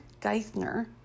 Geithner